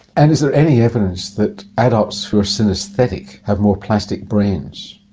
and is there any evidence that adults who are synesthetic have more plastic brains?